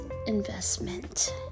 investment